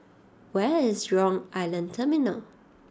where is Jurong Island Terminal